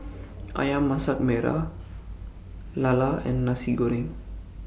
Ayam Masak Merah Lala and Nasi Goreng